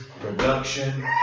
production